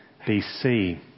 BC